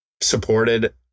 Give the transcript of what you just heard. supported